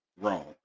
wrong